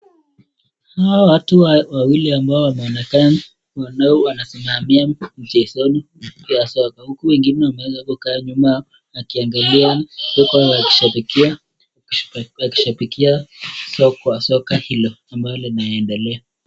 Hawa watu wawili ambao wanaonekana wanaosimamamia michezo ya soka, huku wengine wanaweza kukaa nyuma huku wakishabikia soka hilo ambalo linaendelea.